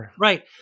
Right